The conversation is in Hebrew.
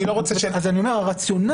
אני לא רוצה ש -- אז אני אומר: הרציונל